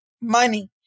money